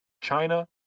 China